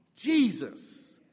Jesus